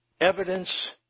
evidence